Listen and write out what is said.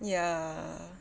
ya